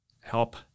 help